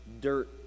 dirt